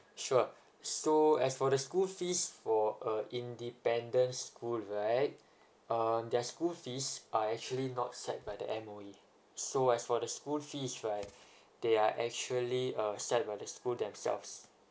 sure so as for the school fees for a independent school right um their school fees are actually not set by the M_O_E so as for the school fees right they are actually uh set by the school themselves